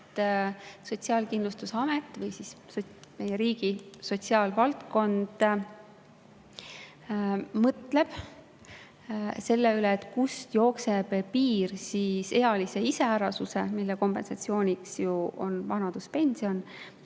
et Sotsiaalkindlustusamet või meie riigi sotsiaalvaldkond mõtleb selle üle, kust jookseb piir ealise iseärasuse, mille kompensatsiooniks on ju vanaduspension,